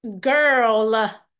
Girl